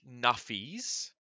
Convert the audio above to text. nuffies